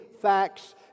facts